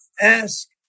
ask